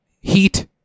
Heat